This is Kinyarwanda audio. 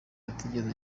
atigeze